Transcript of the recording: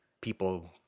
people